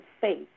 faith